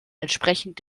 entsprechend